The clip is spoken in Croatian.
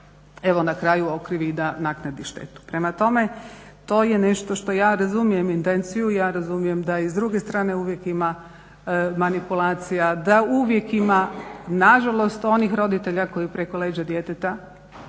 evo na kraju okviri da naknadi štetu. Prema tome, to je nešto što ja razumijem intenciju, ja razumijem da i s druge strane ima uvijek manipulacija, da uvijek ima nažalost onih roditelja koji preko leđa djeteta